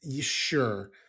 sure